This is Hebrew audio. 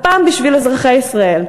הפעם בשביל אזרחי ישראל,